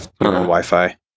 wi-fi